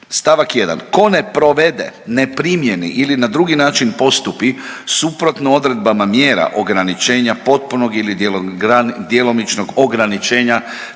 st. 1. ko ne provede, ne primjeni ili na drugi način postupi suprotno odredbama mjerama ograničenja potpunog ili djelomičnog ograničenja